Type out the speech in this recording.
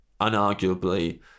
unarguably